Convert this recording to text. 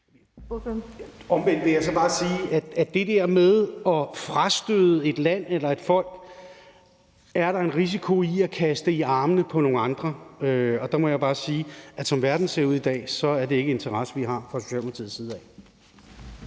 Omvendt vil jeg så bare sige om det der med at støde et land eller et folk fra sig, at så er der en risiko for at kaste dem i armene på nogle andre, og der må jeg bare sige, at som verden ser ud i dag, er det ikke en interesse, vi har fra Socialdemokratiets side.